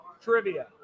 Trivia